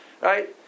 right